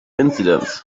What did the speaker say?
incidents